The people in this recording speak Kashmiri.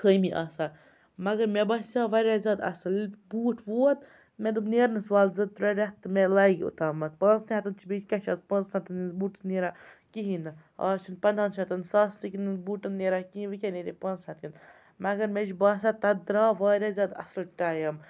خٲمی آسان مگر مےٚ باسیو واریاہ زیادٕ اَصٕل ییٚلہِ بوٗٹھ ووت مےٚ دوٚپ نیرنَس وَل زٕ ترٛےٚ رٮ۪تھ تہِ مےٚ لَگہِ اوٚتامَتھ پانٛژنٕے ہَتَن چھِ بیٚیہِ کیٛاہ چھِ آز پانٛژَن ہَتَن ہِنٛدِس بوٗٹس نیران کِہیٖنۍ نہٕ آز چھِنہٕ پنٛدہَن شَتَن ساس نہٕ کٮ۪ن بوٗٹَن نیران کِہیٖنۍ وۄنۍ کیٛاہ نیرِہے پانٛژھ ہَتٮ۪ن مگر مےٚ چھِ باسان تَتھ درٛاو واریاہ زیادٕ اَصٕل ٹایِم